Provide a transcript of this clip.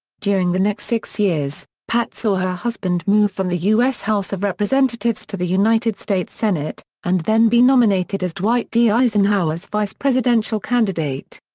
during the next six years, pat saw her husband move from the u s. house of representatives to the united states senate, and then be nominated as dwight d. eisenhower's vice presidential candidate.